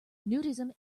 nudism